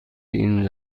این